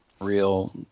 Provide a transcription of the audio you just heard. Real